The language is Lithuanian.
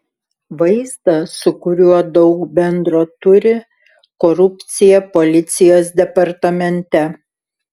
vaizdą su kuriuo daug bendro turi korupcija policijos departamente